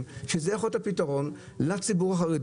שזה יכול להיות הפתרון לציבור החרדי,